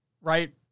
Right